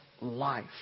life